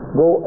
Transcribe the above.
go